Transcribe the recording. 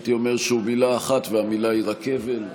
הייתי אומר שהוא מילה אחת, והמילה היא: רכבת.